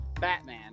Batman